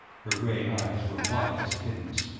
her gray eyes were wide as a kitten's.